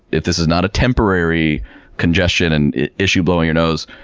if this is not a temporary congestion and issue blowing your nose,